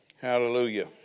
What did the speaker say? Hallelujah